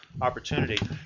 opportunity